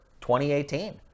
2018